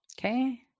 Okay